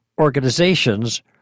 organizations